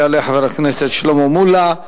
יעלה חבר הכנסת שלמה מולה,